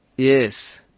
Yes